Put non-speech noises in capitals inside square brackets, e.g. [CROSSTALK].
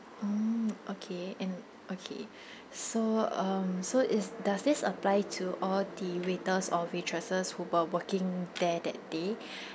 mm okay and okay [BREATH] so um so is does this apply to all the waiters or waitresses who were working there that day